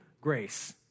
grace